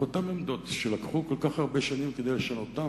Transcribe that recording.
אותן עמדות שלקח כל כך הרבה שנים כדי לשנותן,